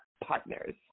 partners